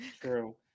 True